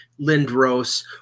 Lindros